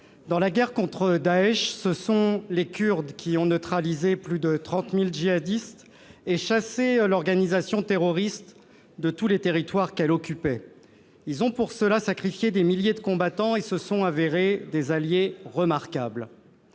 Dans la guerre contre Daech, ce sont les Kurdes qui ont neutralisé plus de 30 000 djihadistes et chassé cette organisation terroriste de tous les territoires qu'elle occupait. Ils ont, pour ce faire, sacrifié des milliers de combattants et se sont révélés être des alliés remarquables.